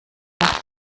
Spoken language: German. nach